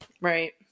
right